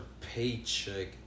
paycheck